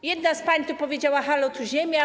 A jedna z pań tu powiedziała: Halo, tu Ziemia.